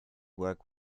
work